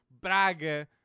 Braga